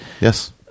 Yes